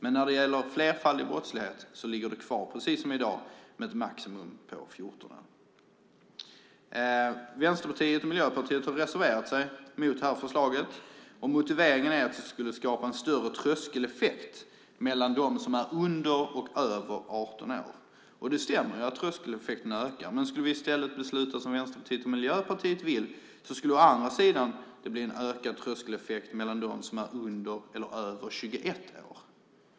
Men när det gäller flerfaldig brottslighet ligger det kvar, precis som i dag, med maximalt 14 års fängelse. Vänsterpartiet och Miljöpartiet har reserverat sig mot detta förslag. Motiveringen är att det skulle skapa en större tröskeleffekt mellan dem som är under och över 18 år. Det stämmer att tröskeleffekterna ökar. Men om vi i stället skulle besluta som Vänsterpartiet och Miljöpartiet vill skulle det bli en ökad tröskeleffekt mellan dem som är under eller över 21 år.